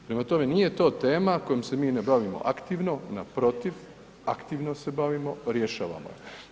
Prema tome, nije to tema kojom se mi ne bavimo aktivno, naprotiv, aktivno se bavimo, rješavamo je.